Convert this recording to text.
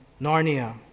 Narnia